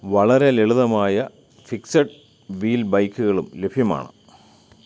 വളരെ ലളിതമായ fixed wheel ബൈക്കുകളും ലഭ്യമാണ്